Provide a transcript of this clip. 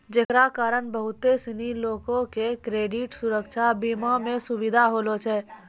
जेकरा कारण बहुते सिनी लोको के क्रेडिट सुरक्षा बीमा मे सुविधा होलो छै